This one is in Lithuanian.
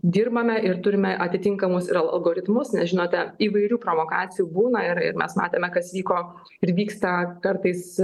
dirbame ir turime atitinkamus algoritmus nes žinote įvairių provokacijų būna ir ir mes matėme kas vyko ir vyksta kartais